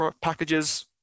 packages